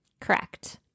correct